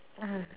mmhmm